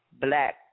black